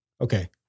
Okay